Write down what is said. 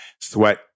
Sweat